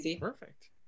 perfect